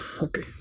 okay